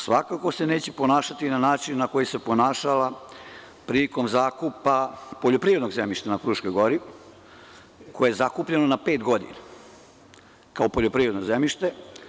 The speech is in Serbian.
Svakako se neće ponašati na način na koji se ponašala prilikom zakupa poljoprivrednog zemljišta na Fruškoj Gori, koje je zakupljeno na pet godina kao poljoprivredno zemljište.